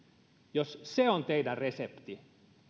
jos se on teidän reseptinne